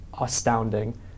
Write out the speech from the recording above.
astounding